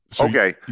Okay